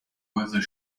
whether